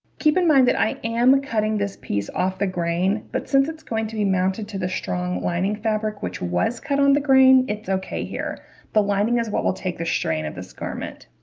keep in mind that i am cutting this piece off the grain but since it's going to be mounted to the strong lining fabric which was cut on the grain it's okay here the lining is what will take the strain of this garment